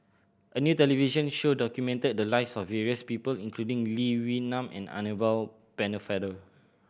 a new television show documented the lives of various people including Lee Wee Nam and Annabel Pennefather